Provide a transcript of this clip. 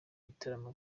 ibitaramo